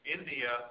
India